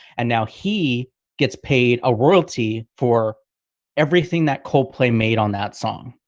and now he gets paid a royalty for everything that coldplay made on that song,